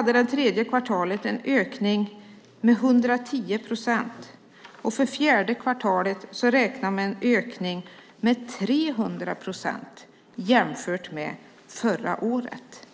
hade tredje kvartalet en ökning med 110 procent, och för fjärde kvartalet räknar de med en ökning med 300 procent jämfört med förra året.